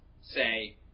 say